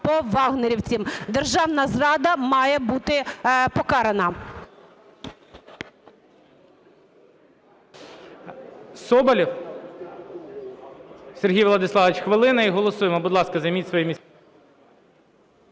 Державна зрада має бути покарана.